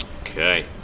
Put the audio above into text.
Okay